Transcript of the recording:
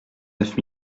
neuf